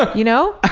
you know?